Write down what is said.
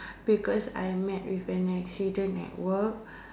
because I met with an accident at work